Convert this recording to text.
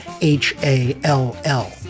H-A-L-L